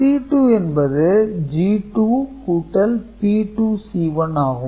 C2 என்பது G2 கூட்டல் P2 C1 ஆகும்